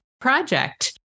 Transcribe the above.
project